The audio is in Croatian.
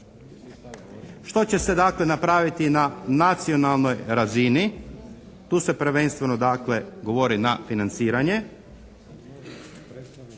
što će se dakle napraviti na nacionalnoj razini, tu se prvenstveno dakle govori na financiranje,